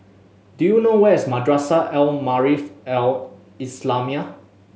do you know where is Madrasah Al Maarif Al Islamiah